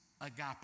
agape